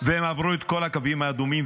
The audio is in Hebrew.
והם עברו את כל הקווים האדומים,